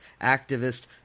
activist